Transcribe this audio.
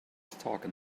talking